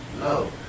No